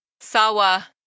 Sawa